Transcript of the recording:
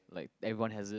like everyone has it